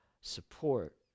support